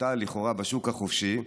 הבוטה לכאורה בשוק החופשי,